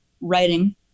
writing